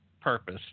purpose